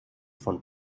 von